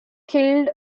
killed